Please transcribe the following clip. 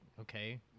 okay